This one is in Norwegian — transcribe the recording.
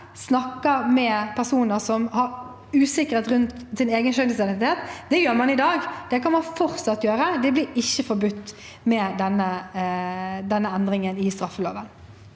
dag med personer som har usikkerhet rundt sin egen kjønnsidentitet, og det kan man fortsatt gjøre. Det blir ikke forbudt med denne endringen i straffeloven.